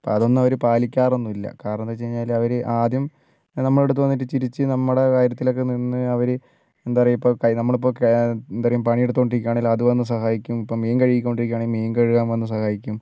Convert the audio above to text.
അതൊന്നും അവർ പാലിക്കാറൊന്നുമില്ല കാരണം എന്തെന്ന് വെച്ചുകഴിഞ്ഞാല് അവര് ആദ്യം നമ്മുളുടെ അടുത്ത് വന്ന് ചിരിച്ച് നമ്മുടെ കാര്യത്തിലൊക്കെ നിന്ന് അവര് എന്താ പറയുക ഇപ്പോൾ നമ്മൾ ഇപ്പോൾ എന്താ പറയുക പണി എടുത്തുകൊണ്ടരികുവന്നെങ്കിൽ അത് വന്ന് സഹായിക്കും ഇപ്പം മീൻ കഴികൊണ്ടിരിക്കുവാണെങ്കിൽ മീൻ കഴുകാൻ വന്ന് സഹായിക്കും